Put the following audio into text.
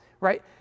Right